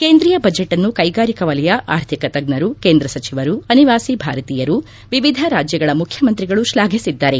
ಕೇಂದ್ರೀಯ ಬಜೆಚ್ ಅನ್ನು ಕೈಗಾರಿಕಾ ವಲಯ ಆರ್ಥಿಕ ತಜ್ಞರು ಕೇಂದ್ರ ಸಚಿವರು ಅನಿವಾಸಿ ಭಾರತೀಯರು ವಿವಿಧ ರಾಜ್ನಗಳ ಮುಖ್ಯಮಂತ್ರಿಗಳು ಶ್ಲಾಘಿಸಿದ್ಗಾರೆ